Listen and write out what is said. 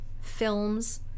films